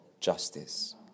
justice